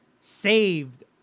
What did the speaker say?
saved